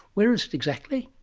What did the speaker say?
where is it exactly?